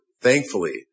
thankfully